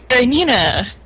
Nina